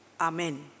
Amen